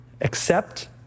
accept